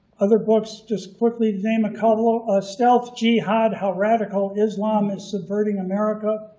other books, just quickly name a couple of, stealth jihad how radical islam is subverting america,